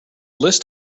list